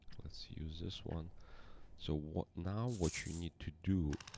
let's use this one so what now, what you need to do,